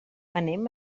anem